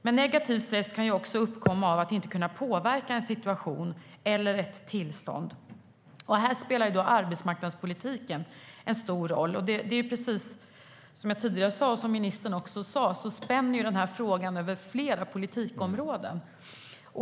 Men negativ stress kan också uppkomma av att man inte kan påverka en situation eller ett tillstånd. Här spelar arbetsmarknadspolitiken en stor roll. Som både jag och ministern tidigare sa spänner den här frågan över flera politikområden.